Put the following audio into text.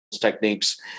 techniques